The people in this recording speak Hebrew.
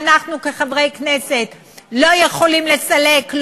ואנחנו כחברי כנסת לא יכולים לסלק,